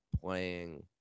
playing